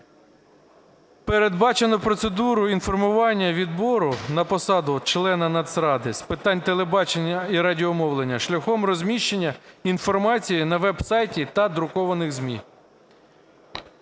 Передбачено процедуру інформування відбору на посаду члена Нацради з питань телебачення і радіомовлення шляхом розміщення інформації на веб-сайті та друкованих ЗМІ.